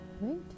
Right